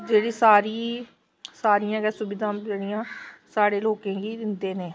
जेह्ड़ी सारी सारियां गै सुविधां न जेहड़िया साढ़े लोकें गी दिंदे न